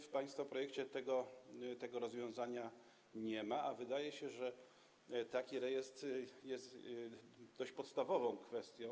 W państwa projekcie tego rozwiązania nie ma, a wydaje się, że taki rejestr jest tu dość podstawową kwestią.